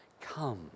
come